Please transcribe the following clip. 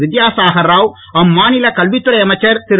வித்யாசாகர் ராவ் அம்மாநில கல்வித்துறை அமைச்சர் திரு